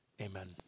Amen